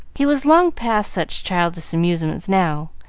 he was long past such childish amusements now,